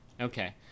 okay